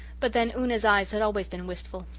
but then una's eyes had always been wistful.